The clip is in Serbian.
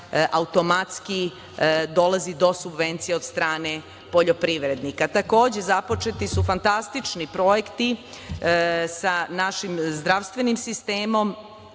automatski dolazi do subvencija od strane poljoprivrednika. Takođe, započeti su fantastični projekti sa našim zdravstvenim sistemom,